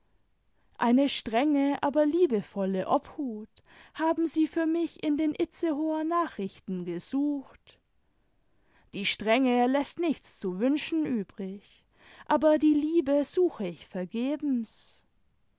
eine strenge aber liebevolle obhut haben sie für mich in den itzehoer nachrichten gesucht die strenge läßt nichts zu wünschen iihng aber die liebe suche ich vergebens